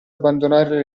abbandonare